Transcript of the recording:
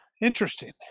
interesting